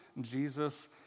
Jesus